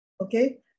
okay